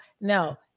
no